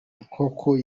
nkoko